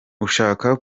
ushaka